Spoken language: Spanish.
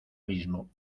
mismo